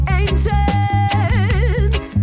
ancients